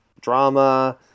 drama